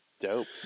Dope